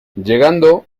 llegando